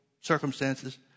circumstances